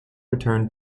returned